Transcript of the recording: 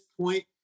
point